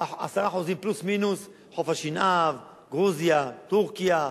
10% פלוס-מינוס, חוף-השנהב, גרוזיה, טורקיה,